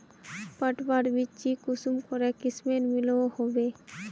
पटवार बिच्ची कुंसम करे किस्मेर मिलोहो होबे?